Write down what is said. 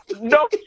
No